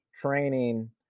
training